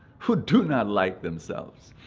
who do not like themselves,